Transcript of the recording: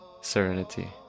serenity